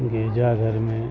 گرجا گھر میں